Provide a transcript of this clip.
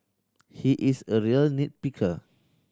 he is a real nit picker